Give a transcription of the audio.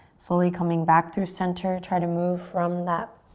slowly coming back through center. try to move from that